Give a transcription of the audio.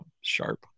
sharp